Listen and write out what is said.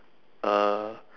uh